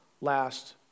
last